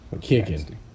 Kicking